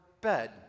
bed